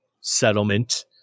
settlement